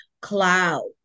cloud